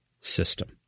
system